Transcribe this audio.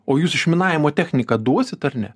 o jūs išminavimo techniką duosit ar ne